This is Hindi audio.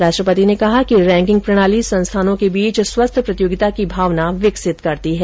राष्ट्रपति ने कहा कि रैंकिंग प्रणाली संस्थानों के बीच स्वस्थ प्रतियोगिता की भावना विकसित करती है